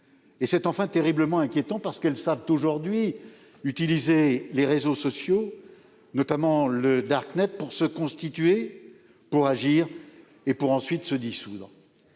C'est enfin terriblement inquiétant parce qu'elles savent aujourd'hui utiliser les réseaux sociaux, notamment le, pour se constituer, agir et, ensuite, se dissoudre.